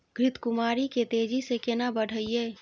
घृत कुमारी के तेजी से केना बढईये?